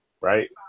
right